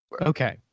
Okay